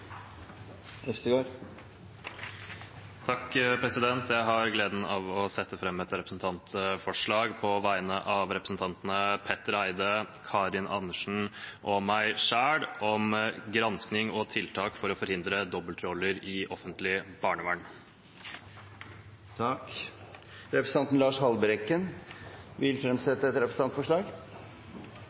på vegne av representantene Petter Eide, Karin Andersen og meg selv om granskning og tiltak for å forhindre dobbeltroller i offentlig barnevern. Representanten Lars Haltbrekken vil fremsette et representantforslag.